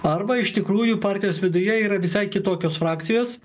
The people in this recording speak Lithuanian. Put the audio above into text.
arba iš tikrųjų partijos viduje yra visai kitokios frakcijos